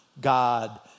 God